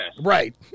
Right